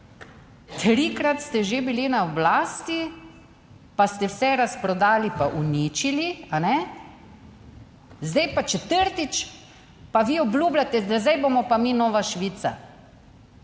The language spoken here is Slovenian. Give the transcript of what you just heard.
Trikrat ste že bili na oblasti, pa ste vse razprodali pa uničili, kajne? Zdaj pa četrtič pa vi obljubljate, da zdaj bomo pa mi nova Švica.